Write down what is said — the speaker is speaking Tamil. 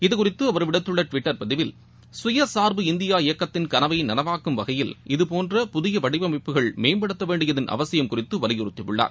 இது குறித்து அவர் விடுத்துள்ள டுவிட்டர் பதிவில் சுயசார்பு இந்தியா இபக்கத்தின் கனவை நினைவாக்கும் வகையில் இதுபோன்ற புதிய வடிவமைப்புகள் மேம்படுத்த வேண்டியதன் அவசியம் குறித்து வலியுறுத்தி உள்ளார்